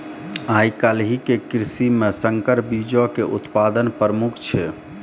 आइ काल्हि के कृषि मे संकर बीजो के उत्पादन प्रमुख छै